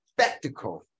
spectacle